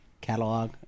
catalog